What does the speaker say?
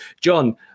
John